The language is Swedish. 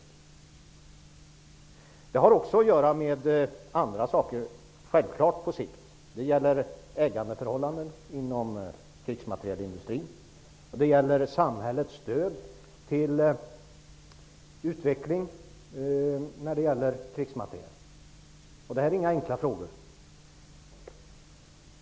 Det har självfallet också att göra med andra saker på sikt. Det gäller ägarförhållandena inom krigsmaterielindustrin. Det gäller samhällets stöd till utveckling av krigsmateriel. Detta är inga enkla frågor.